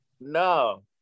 No